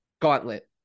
gauntlet